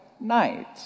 night